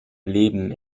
leben